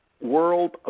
world